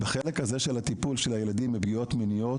בחלק הזה של הטיפול של הילדים מפגיעות מיניות,